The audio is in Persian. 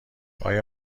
آیا